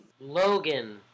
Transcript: Logan